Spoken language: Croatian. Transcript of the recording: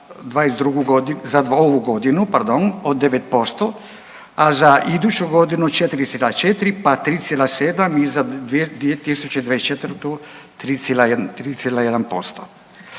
ovu godinu od 9%, a za iduću godinu 4,4, pa 3,7 i za 2024. 3,1%.